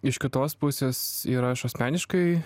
iš kitos pusės ir aš asmeniškai